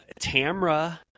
Tamra